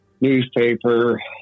newspaper